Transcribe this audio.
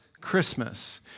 Christmas